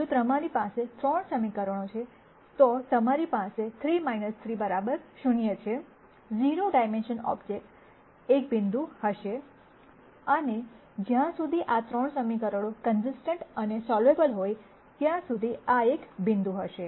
અને જો તમારી પાસે 3 સમીકરણો છે તો તમારી પાસે 3 3 0 છે 0 ડાઈમેન્શનલ ઓબ્જેક્ટ એક બિંદુ હશે અને જ્યાં સુધી આ 3 સમીકરણો કન્સિસ્ટન્ટ અને સોલ્વેબલ હોય ત્યાં સુધી આ એક બિંદુ હશે